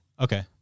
okay